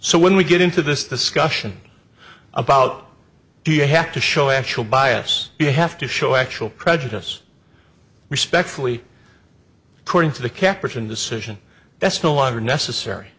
so when we get into this discussion about do you have to show actual bias you have to show actual prejudice respectfully according to the capital and decision that's no longer necessary